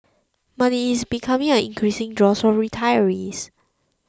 but it is becoming an increasing draw for retirees